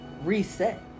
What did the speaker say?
reset